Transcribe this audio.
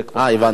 אה, הבנתי אותך.